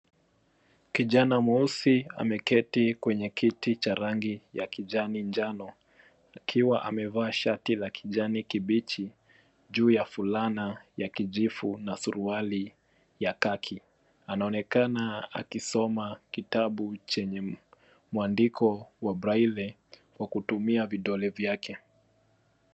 Kijana mweusi ameketi kwenye kiti cha rangi ya kijani-njano akiwa amevaa shati la kijani kibichi juu ya fulana ya kijivu na suruali ya khaki . Anaonekana akisoma kitabu chenye mwandiko wa braile kwa kutumia vidole vyake.